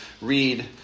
read